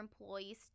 employees